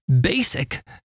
basic